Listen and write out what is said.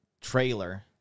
trailer